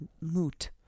moot